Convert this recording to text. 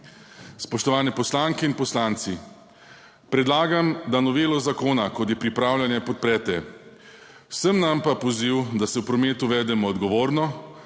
Spoštovani poslanke in poslanci, predlagam, da novelo zakona, kot je pripravljen, podprete, vsem nam pa poziv, da se v prometu vedemo odgovorno,